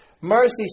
mercy